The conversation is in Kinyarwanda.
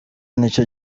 nicyo